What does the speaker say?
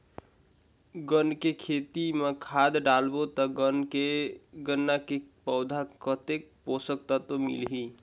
गन्ना के खेती मां खाद डालबो ता गन्ना के पौधा कितन पोषक तत्व मिलही?